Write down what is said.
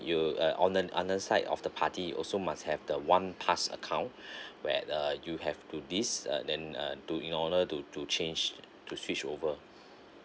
you uh on the on the side of the party you also must have the one pass account where the you have to this and then uh to in order to to change to switch over